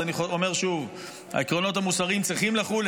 אז אני אומר שוב: העקרונות המוסריים צריכים לחול.